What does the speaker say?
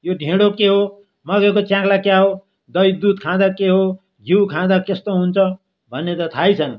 यो ढिडो के हो मकैको च्याख्ला के हो दही दुध खाँदा के हो घिउ खाँदा कस्तो हुन्छ भनेर थाहै छैन